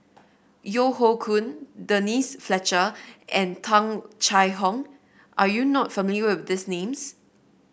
Yeo Hoe Koon Denise Fletcher and Tung Chye Hong are you not familiar with these names